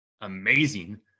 amazing